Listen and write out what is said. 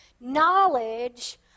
knowledge